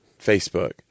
Facebook